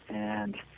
and